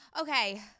Okay